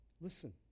Listen